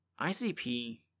ICP